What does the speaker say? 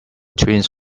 twins